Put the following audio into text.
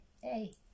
hey